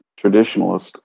traditionalist